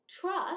trust